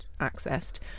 accessed